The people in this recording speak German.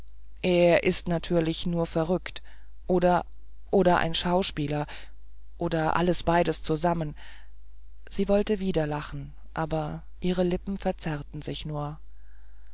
er ist natürlich nur verrückt oder oder ein schauspieler oder alles beides zusammen sie wollte wieder lachen aber ihre lippen verzerrten sich nur